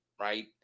right